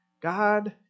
God